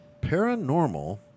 Paranormal